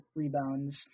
rebounds